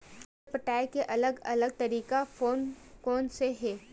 कर्जा पटाये के अलग अलग तरीका कोन कोन से हे?